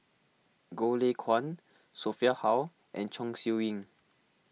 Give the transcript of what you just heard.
Goh Lay Kuan Sophia Hull and Chong Siew Ying